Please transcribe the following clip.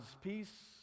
peace